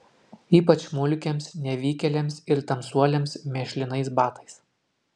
ypač mulkiams nevykėliams ir tamsuoliams mėšlinais batais